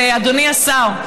אדוני השר,